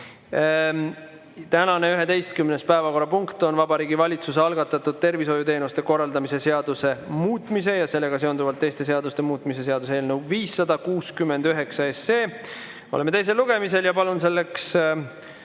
Tänane 11. päevakorrapunkt on Vabariigi Valitsuse algatatud tervishoiuteenuste korraldamise seaduse muutmise ja sellega seonduvalt teiste seaduste muutmise seaduse eelnõu 569. Oleme teisel lugemisel. Palun siia